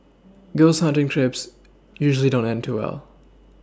ghost hunting trips usually don't end too well